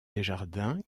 desjardins